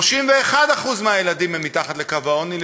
31% מהילדים הם מתחת לקו העוני,